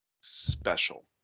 special